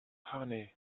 honey